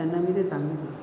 त्यांना मी ते सांगितलं